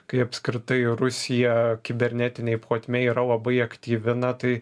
kai apskritai rusija kibernetinėj plotmėj yra labai aktyvi na tai